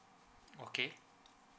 okay